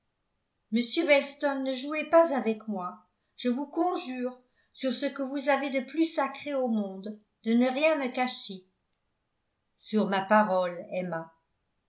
monsieur weston ne jouez pas avec moi je vous conjure sur ce que vous avez de plus sacré au monde de ne rien me cacher sur ma parole emma